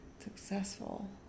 successful